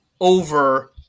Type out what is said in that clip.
over